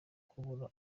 kubura